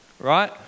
right